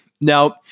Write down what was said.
Now